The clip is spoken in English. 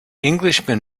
englishman